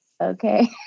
Okay